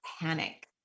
panic